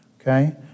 Okay